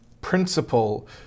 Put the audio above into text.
principle